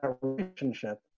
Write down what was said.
relationship